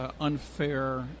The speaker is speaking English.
unfair